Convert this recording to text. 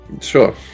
Sure